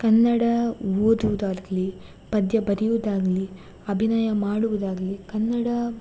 ಕನ್ನಡ ಓದುವುದಾಗಲೀ ಪದ್ಯ ಬರೆಯುವುದಾಗಲೀ ಅಭಿನಯ ಮಾಡುವುದಾಗಲೀ ಕನ್ನಡ